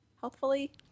Healthfully